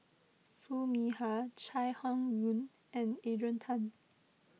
Foo Mee Har Chai Hon Yoong and Adrian Tan